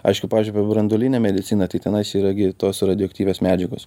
aišku pavyzdžiui b branduolinė medicina tai tenais yra gi tos radioaktyvios medžiagos